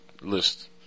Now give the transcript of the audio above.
list